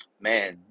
man